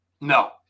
No